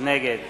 נגד